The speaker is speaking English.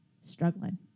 struggling